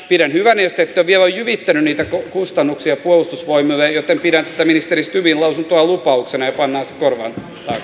pidän hyvänä jos te ette ole vielä jyvittäneet niitä kustannuksia puolustusvoimille joten pidän tätä ministeri stubbin lausuntoa lupauksena ja pannaan se korvan